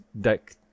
deck